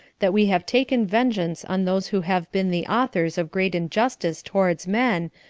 that we have taken vengeance on those who have been the authors of great injustice towards men,